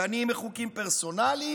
דנים בחוקים פרסונליים,